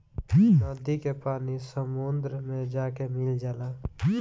नदी के पानी समुंदर मे जाके मिल जाला